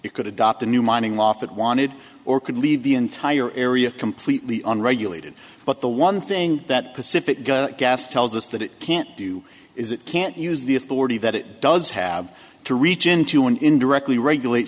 it could adopt a new mining law fit wanted or could leave the entire area completely unregulated but the one thing that pacific gas tells us that it can't do is it can't use the authority that it does have to reach into and indirectly regulate